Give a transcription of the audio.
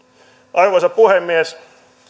arvoisa puhemies